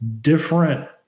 different